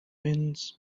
winds